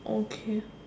okay